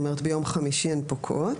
זאת אומרת ביום חמישי הן פוקעות.